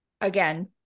again